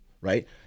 right